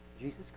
jesus